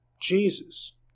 Jesus